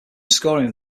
scoring